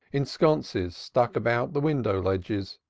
in sconces stuck about the window ledges,